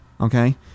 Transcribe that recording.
Okay